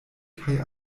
kaj